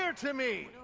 ah to me!